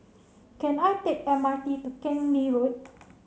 can I take M R T to Keng Lee Road